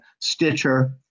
Stitcher